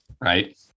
right